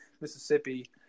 Mississippi